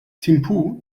thimphu